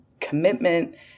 commitment